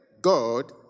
God